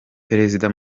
perezida